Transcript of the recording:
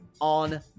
on